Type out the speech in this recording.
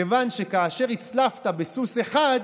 כיוון שכאשר הצלפת בסוס האחד,